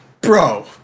bro